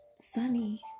sunny